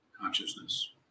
consciousness